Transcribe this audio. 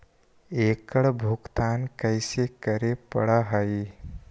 एकड़ भुगतान कैसे करे पड़हई?